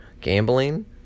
Gambling